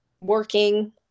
working